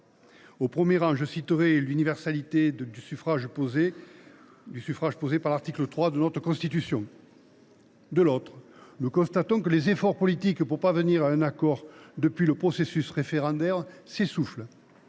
au premier rang desquels je citerai l’universalité du suffrage posée à l’article 3 de notre Constitution ? De l’autre, nous constatons que les efforts politiques pour parvenir à un accord, depuis le processus référendaire, s’essoufflent.